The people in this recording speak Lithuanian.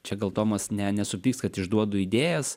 čia gal tomas ne nesupyks kad išduodu idėjas